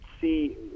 see